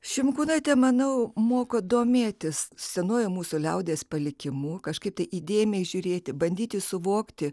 šimkūnaitė manau moko domėtis senuoju mūsų liaudies palikimu kažkaip tai įdėmiai žiūrėti bandyti suvokti